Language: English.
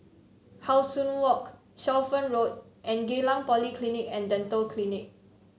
How Sun Walk Shelford Road and Geylang Polyclinic and Dental Clinic